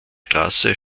straße